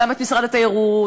גם את משרד התיירות,